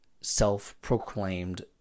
self-proclaimed